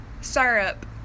Syrup